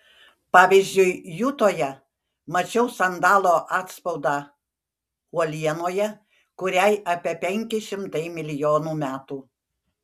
pavyzdžiui jutoje mačiau sandalo atspaudą uolienoje kuriai apie penki šimtai milijonų metų